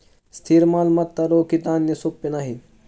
स्थिर मालमत्ता रोखीत आणणे सोपे नाही